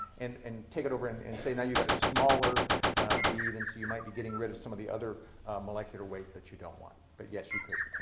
and and take it over and and say now you've got a smaller bead and so you might be getting rid of some of the other molecular weights that you don't want. but, yes, you could.